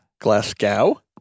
Glasgow